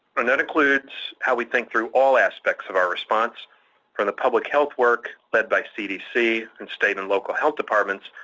and that includes how we think through all aspects of our response from the public health work led by cdc and state and local health departments,